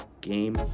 Game